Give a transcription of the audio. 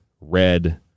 red